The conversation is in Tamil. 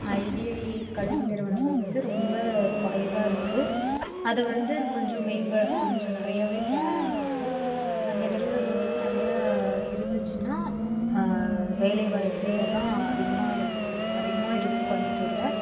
ஐடிஐ கல்வி நிறுவனங்கள் வந்து ரொம்ப குறைவா இருக்கு அதை வந்து கொஞ்சம் கொஞ்சம் நிறையாவே தேவை எங்களுக்கு அந்த நிறுவனங்கள் வந்து நிறையா இருந்துச்சுன்னா வேலைவாய்ப்பு இதெல்லாம் அதிகமாக அதிகமாக இருக்கும் கோயம்புத்தூர்ல